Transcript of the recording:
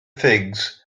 figs